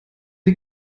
die